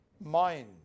mind